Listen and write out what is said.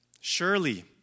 Surely